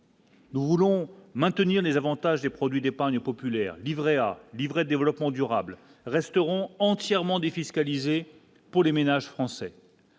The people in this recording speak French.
Nous voulons maintenir les avantages des produits d'épargne populaire Livret A Livret développement durable resteront entièrement défiscalisé pour les ménages français,